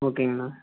ஓகேங்கண்ணா